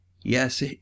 Yes